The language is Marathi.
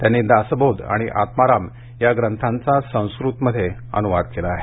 त्यांनी दासबोध आणि आत्माराम या ग्रंथांचा संस्कृतमध्ये अनुवाद केला आहे